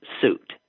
suit